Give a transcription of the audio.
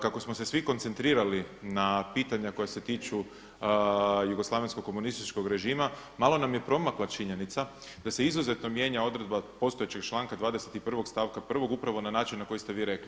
Kako smo se svi koncentrirali na pitanja koja se tiču jugoslavenskog komunističkog režima, malo nam je promakla činjenica da se izuzetno mijenja odredba postojećeg članka 21. stavka 1. upravo na način na koji ste vi rekli.